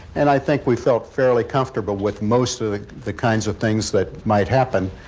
and i think we felt fairly comfortable with most of the the kinds of things that might happen.